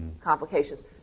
complications